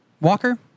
Walker